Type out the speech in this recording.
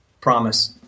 promise